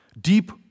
Deep